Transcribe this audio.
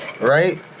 right